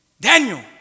Daniel